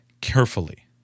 carefully